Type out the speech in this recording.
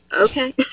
Okay